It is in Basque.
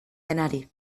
denari